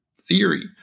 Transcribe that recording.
theory